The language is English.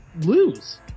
lose